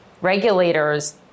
regulators